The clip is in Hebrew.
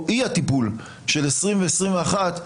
או אי הטיפול של 20' ו-21',